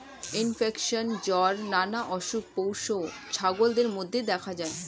infection, জ্বর নানা অসুখ পোষ্য ছাগলদের মধ্যে দেখা যায়